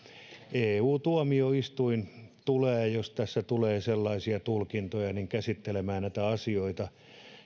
eu tuomioistuin tulee jos tässä tulee sellaisia tulkintoja käsittelemään näitä asioita